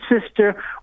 Sister